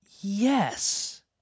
Yes